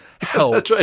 Help